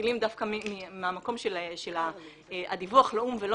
שמתחילים דווקא מהמקום של הדיווח לאו"ם ולא